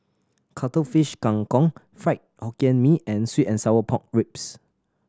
Cuttlefish Kang Kong Fried Hokkien Mee and sweet and sour pork ribs